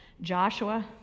Joshua